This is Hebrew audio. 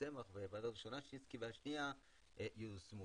צמח וששינסקי 2 ייושמו?